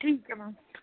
thank you ma'am